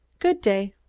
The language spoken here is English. good day!